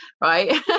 right